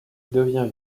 devient